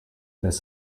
this